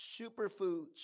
superfoods